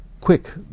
quick